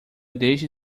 deixe